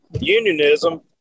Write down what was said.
unionism